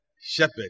Shepherd